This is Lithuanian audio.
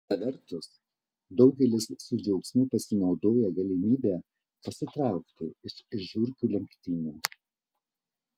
kita vertus daugelis su džiaugsmu pasinaudoja galimybe pasitraukti iš žiurkių lenktynių